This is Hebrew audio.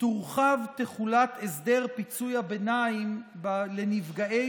תורחב תחולת הסדר פיצוי הביניים לנפגעי